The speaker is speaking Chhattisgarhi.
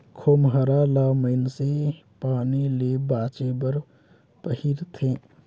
खोम्हरा ल मइनसे पानी ले बाचे बर पहिरथे